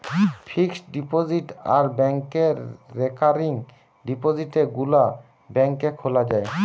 fixed deposit আর ব্যাংকে recurring ডিপোজিটে গুলা ব্যাংকে খোলা যায়